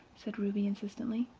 said ruby insistently.